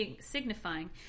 signifying